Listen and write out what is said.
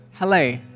Hello